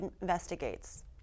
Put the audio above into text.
investigates